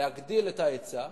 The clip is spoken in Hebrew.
להגדיל את ההיצע.